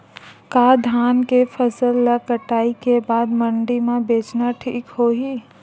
का धान के फसल ल कटाई के बाद मंडी म बेचना ठीक होही?